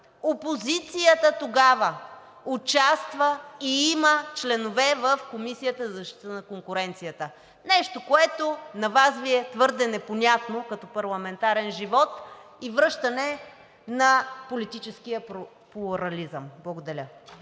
опозицията тогава участва и има членове в Комисията за защита на конкуренцията. Нещо, което на Вас Ви е твърде непонятно като парламентарен живот и връщане на политическия плурализъм. Благодаря.